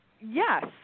Yes